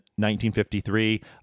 1953